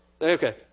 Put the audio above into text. Okay